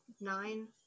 nine